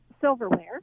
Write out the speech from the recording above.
Silverware